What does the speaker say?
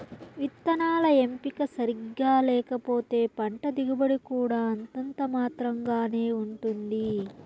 విత్తనాల ఎంపిక సరిగ్గా లేకపోతే పంట దిగుబడి కూడా అంతంత మాత్రం గానే ఉంటుంది